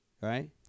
Right